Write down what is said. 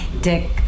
dick